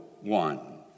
one